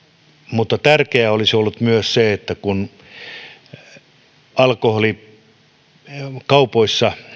mutta tärkeää olisi ollut myös se että kun kaupoissa